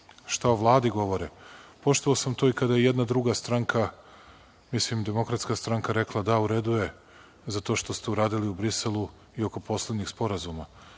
šta o Vladi govore, poštovao sam to i kada je jedna druga stranka, mislim DS, rekla – da, u redu je za to što ste uradili u Briselu i oko poslednjeg sporazuma.